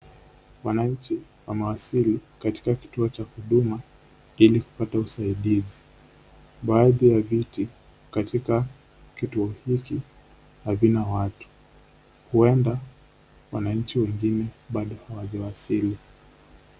Wananchi wamewasili katika kituo cha huduma ili kupata usaidizi. Baadhi ya viti katika kituo hiki havina watu. Huenda wananchi wengine bado hawajawasili.